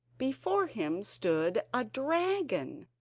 before him stood a dragon,